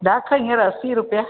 ॾाख हींअर असीं रुपिया